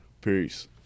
Peace